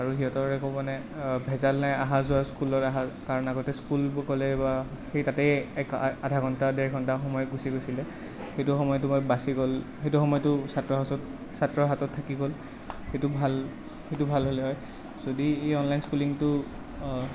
আৰু সিহঁতৰ একো মানে ভেজাল নাই আহা যোৱা স্কুলৰ আহাৰ কাৰণ আগতে স্কুল গ'লে বা সেই তাতে এক আধা ঘণ্টা ডেৰ ঘণ্টা সময় গুচি গৈছিলে সেইটো সময়টো বাছি গ'ল সেইটো সময়টো ছাত্ৰৰ হাতত ছাত্ৰৰ হাতত থাকি গ'ল সেইটো ভাল সেইটো ভাল হ'লে হয় যদি অনলাইন স্কুলিংটো